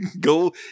go